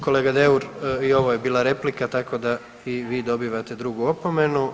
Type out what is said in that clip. Kolega Deur i ovo je bila replika, tako da i vi dobivate drugu opomenu.